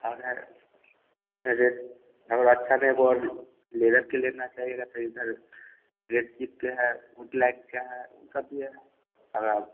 हाँ है रेड और अच्छा एक और लेदर के लेना चाहिएगा तो इधर रेड चीफ के है वुडलाइट का है ऊ सब भी है और आप